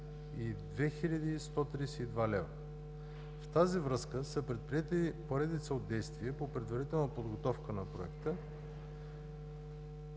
хил.132 лв. В тази връзка са предприети поредица от действия по предварителна подготовка на проекта.